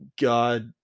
god